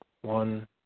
One